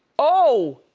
oh.